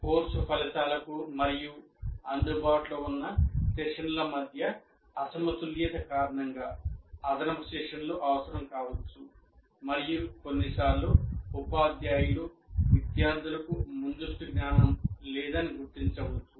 course ఫలితాలకు మరియు అందుబాటులో ఉన్న సెషన్ల మధ్య అసమతుల్యత కారణంగా అదనపు సెషన్లు అవసరం కావచ్చు మరియు కొన్నిసార్లు ఉపాధ్యాయులు విద్యార్థులకు ముందస్తు జ్ఞానం లేదని గుర్తించవచ్చు